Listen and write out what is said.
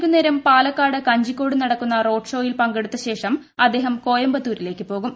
വൈകുന്നേരം പാലക്കാട് കഞ്ചിക്കോട് നടക്കുന്ന റോഡ്ഷോയിൽ പങ്കെടുത്ത ശേഷം അദ്ദേഹി കോയമ്പത്തൂരിലേക്ക് പോകും